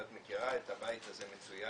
את מכירה את הבית הזה מצוין,